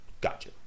Gotcha